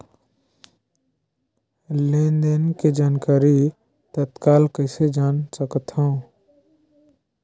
लेन देन के जानकारी तत्काल कइसे जान सकथव?